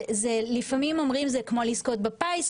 לפעמים אומרים זה כמו לזכות בפיס.